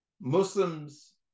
Muslims